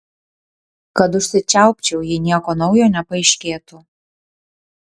kad užsičiaupčiau jei nieko naujo nepaaiškėtų